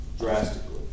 drastically